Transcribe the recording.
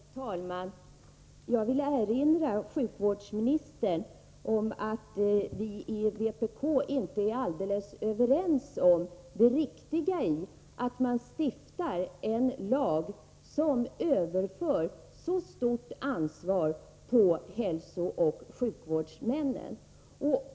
Herr talman! Jag vill erinra sjukvårdsministern om att vi i vpk inte helt är av den meningen att det är riktigt att man stiftar en lag som överför ett så stort ansvar på hälsooch sjukvårdshuvudmännen.